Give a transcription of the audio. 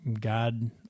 God